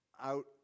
out